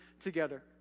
together